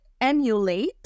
emulate